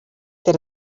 that